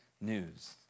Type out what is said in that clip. news